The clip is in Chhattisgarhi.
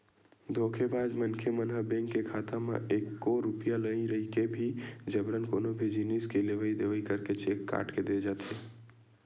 धोखेबाज मनखे मन ह बेंक के खाता म एको रूपिया नइ रहिके भी जबरन कोनो भी जिनिस के लेवई देवई करके चेक काट के दे जाथे